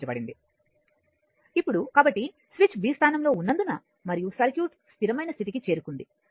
చూపబడింది కాబట్టి switch b స్థానంలో ఉన్నందున మరియు సర్క్యూట్ స్థిరమైన స్థితికి చేరుకుంది